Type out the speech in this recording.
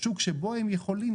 שוק שבו הם יכולים,